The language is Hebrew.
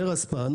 לרספ"ן,